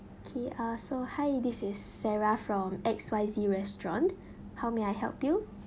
okay uh so hi this is sarah from X Y Z restaurant how may I help you